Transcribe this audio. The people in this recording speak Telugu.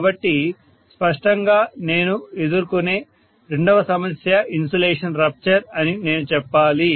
కాబట్టి స్పష్టంగా నేను ఎదుర్కొనే రెండవ సమస్య ఇన్సులేషన్ రప్చర్ అని నేను చెప్పాలి